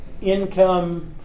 income